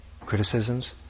Criticisms